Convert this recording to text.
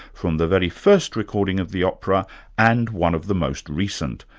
from the very first recording of the opera and one of the most recent,